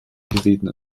gerieten